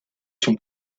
sont